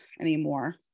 anymore